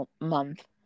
month